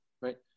right